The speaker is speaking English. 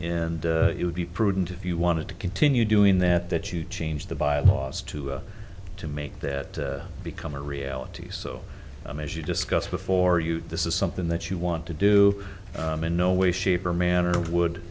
and it would be prudent if you wanted to continue doing that that you change the byelaws to to make that become a reality so i'm as you discussed before you this is something that you want to do in no way shape or manner would